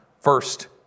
first